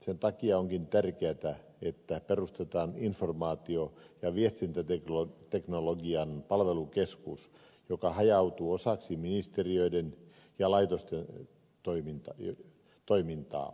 sen takia onkin tärkeätä että perustetaan informaatio ja viestintäteknologian palvelukeskus joka hajautuu osaksi ministeriöiden ja laitosten toimintaa